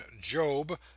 Job